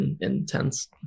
intense